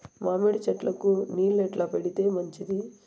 మామిడి చెట్లకు నీళ్లు ఎట్లా పెడితే మంచిది?